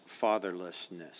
fatherlessness